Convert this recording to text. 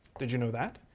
did you know that?